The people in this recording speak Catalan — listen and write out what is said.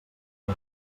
mil